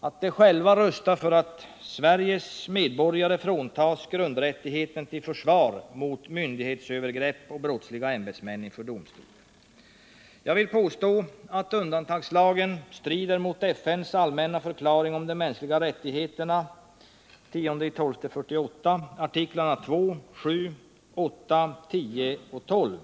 att de själva röstar för att Sveriges medborgare fråntas grundrättigheten till försvar inför domstol mot myndighetsövergrepp och brottsliga ämbetsmän. Jag vill påstå att undantagslagen strider mot FN:s allmänna förklaring om de mänskliga rättigheterna av den 10 december 1948, artiklarna 2,7, 8, 10 och 12.